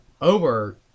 over